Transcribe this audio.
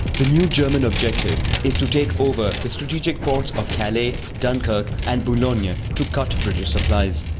the new german objective is to takeover the strategic ports of calais, dunkirk and boulogne yeah to cut british supplies.